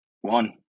One